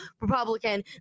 Republican